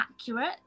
accurate